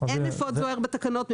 אין אפוד זוהר בתקנות.